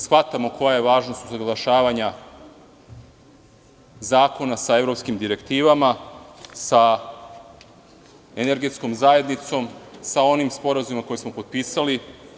Shvatamo koja je važnost usaglašavanja zakona sa evropskim direktivama, sa energetskom zajednicom, sa onim sporazumima koje smo potpisali.